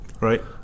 Right